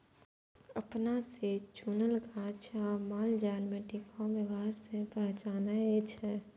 अपना से चुनल गाछ आ मालजाल में टिकाऊ व्यवहार से पहचानै छै